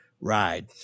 ride